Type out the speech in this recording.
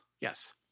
Yes